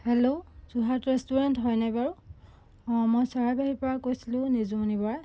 hello Jorhat restaurant হয়নে বাৰু অঁ মই চৰাইবাহিৰ পৰা কৈছিলোঁ নিজুমণি বৰাই